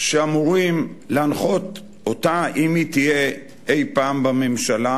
שאמורים להנחות אותה אם היא תהיה אי-פעם בממשלה,